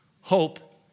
hope